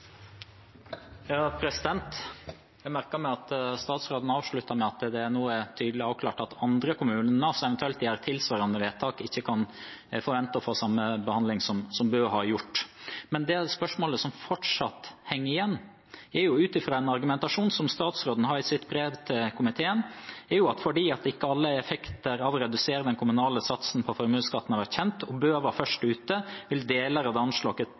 tydelig avklart at andre kommuner som eventuelt gjør tilsvarende vedtak, ikke kan forvente å få samme behandling som Bø har fått. Men spørsmålet som fortsatt henger igjen, gjelder en argumentasjon som statsråden har i sitt brev til komiteen: I og med at ikke alle effekter av å redusere den kommunale satsen på formuesskatten har vært kjent – Bø var først ute – vil deler av det